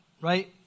right